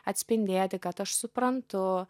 atspindėti kad aš suprantu